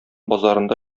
базарында